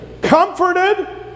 comforted